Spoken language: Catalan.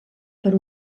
per